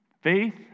Faith